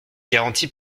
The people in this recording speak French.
garanties